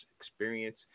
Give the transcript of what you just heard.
Experience